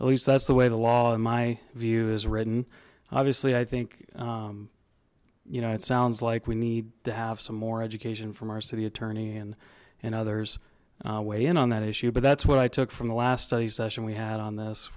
at least that's the way the law and my view is written obviously i think you know it sounds like we need to have some more education from our city attorney and in others weigh in on that issue but that's what i took from the last study session we had on this